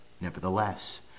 nevertheless